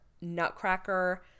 Nutcracker